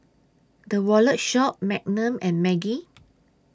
The Wallet Shop Magnum and Maggi